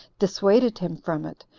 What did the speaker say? dissuaded him from it,